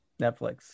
netflix